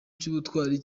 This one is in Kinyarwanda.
cy’ubutwari